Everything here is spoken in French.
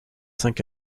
cinq